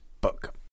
book